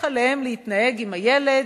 איך עליהם להתנהג עם הילד,